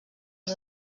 els